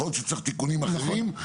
יכול להיות שצריך תיקונים אחרים.